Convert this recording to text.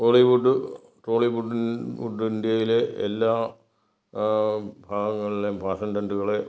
Bollywood Tollywood ഇന്ത്യയിലെ എല്ലാ ഭാഗങ്ങളിലേം പാഷൻ ടെൻഡുകളെ